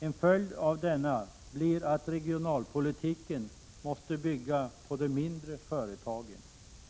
En följd av denna blir att regionalpolitiken måste bygga på de mindre företagen.